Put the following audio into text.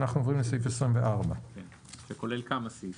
אנחנו עוברים לסעיף 24. שכולל כמה סעיפים.